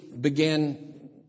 began